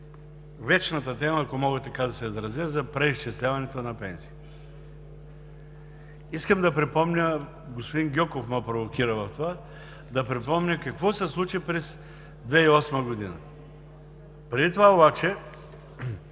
вечната тема, ако мога така да се изразя, за преизчисляването на пенсиите. Искам да припомня, господин Гьоков ме провокира в това, да припомня какво се случи в 2008 г. Преди това обаче